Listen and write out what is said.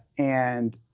and